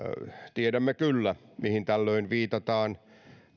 tiedämme kyllä mihin tällöin viitataan